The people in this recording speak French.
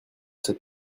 cette